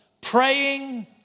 praying